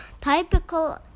Typical